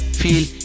feel